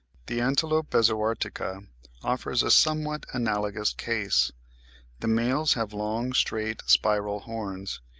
the antilope bezoartica offers a somewhat analogous case the males have long straight spiral horns,